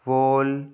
whole